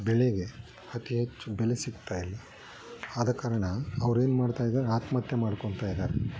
ಬೆಳೆಗೆ ಅತೀ ಹೆಚ್ಚು ಬೆಲೆ ಸಿಗ್ತಾಯಿಲ್ಲ ಆದ ಕಾರಣ ಅವ್ರೇನು ಮಾಡ್ತಯಿದ್ದಾರೆ ಆತ್ಮಹತ್ಯೆ ಮಾಡ್ಕೋಳ್ತಾ ಇದ್ದಾರೆ